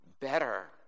Better